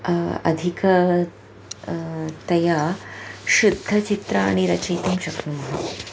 अधिकं तया शुद्धचित्राणि रचयितुं शक्नुमः